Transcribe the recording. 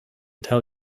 tell